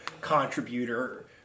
contributor